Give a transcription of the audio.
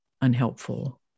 unhelpful